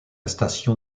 station